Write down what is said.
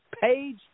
page